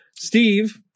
Steve